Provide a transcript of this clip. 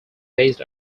based